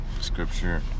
scripture